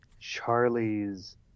charlie's